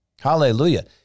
Hallelujah